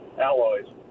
alloys